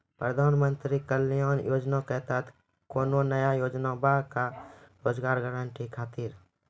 प्रधानमंत्री कल्याण योजना के तहत कोनो नया योजना बा का रोजगार गारंटी खातिर?